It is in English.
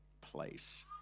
place